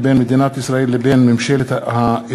הסכם בתחום הביטחון הסוציאלי בין מדינת ישראל לבין ממלכת בלגיה,